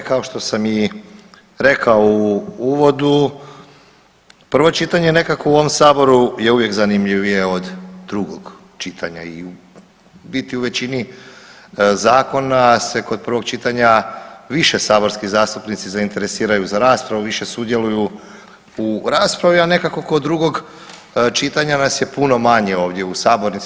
Kao što sam i rekao u uvodu prvo čitanje je nekako u ovom Saboru uvijek zanimljivije od drugog čitanja i u biti u većini zakona se kod prvog čitanja više saborski zastupnici zainteresiraju za raspravu, više sudjeluju u raspravi, a nekako kod drugog čitanja nas je puno manje ovdje u sabornici.